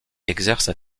exercent